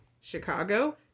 Chicago